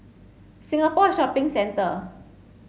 Singapore Shopping Centre